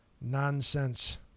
nonsense